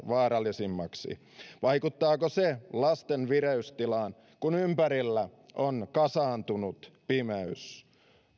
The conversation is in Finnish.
vaarallisemmaksi vaikuttaako se lasten vireystilaan kun ympärillä on kasaantunut pimeys